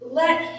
let